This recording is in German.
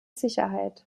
sicherheit